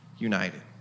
united